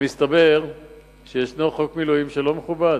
ומסתבר שישנו חוק מילואים שלא מכובד,